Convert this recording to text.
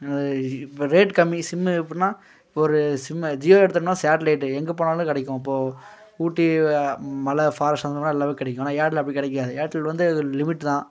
இப்போ ரேட் கம்மி சிம்மு எப்புடின்னா இப்போ ஒரு சிம்மு ஜியோ எடுத்தோம்னா சேட்டிலைட்டு எங்கே போனாலும் கிடைக்கும் இப்போது ஊட்டி மலை ஃபாரஸ்ட் அந்த மாதிரி எல்லாமே கிடைக்கும் ஆனால் ஏர்டெல் அப்படி கிடைக்காது ஏர்டெல் வந்து அது லிமிட் தான்